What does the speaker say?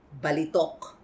Balitok